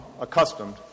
accustomed